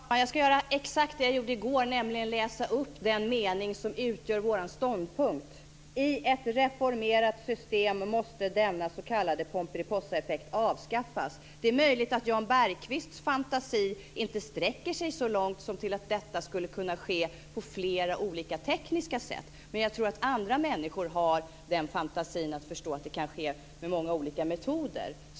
Fru talman! Jag ska göra exakt det som jag gjorde igår, nämligen läsa upp den mening som utgör vår ståndpunkt: "I ett reformerat system måste denna s.k. pomperipossaeffekt avskaffas". Det är möjligt att Jan Bergqvists fantasi inte sträcker sig så långt som till att detta skulle kunna ske på flera olika tekniska sätt, men jag tror att andra människor har den fantasin att de förstår att det kan ske med många olika metoder.